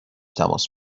تماس